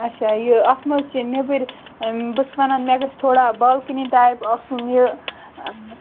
اچھا یہِ اتھ مہٕ حظ چھِ نیٚبرۍ بہٕ چھَس ونان مےٚ گژھ تھوڑا بالکنی ٹایِپ آسُن یہِ